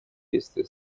бедствия